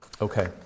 Okay